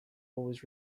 always